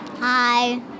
Hi